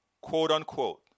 quote-unquote